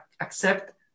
accept